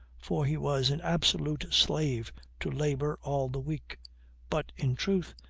for he was an absolute slave to labor all the week but in truth,